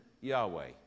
Yahweh